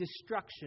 destruction